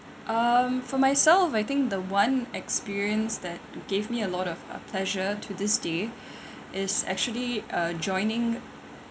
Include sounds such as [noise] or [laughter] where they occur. um for myself I think the one experience that gave me a lot of uh pleasure to this day [breath] is actually uh joining